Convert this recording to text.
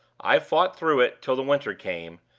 i fought through it till the winter came,